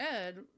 Ed